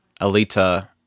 Alita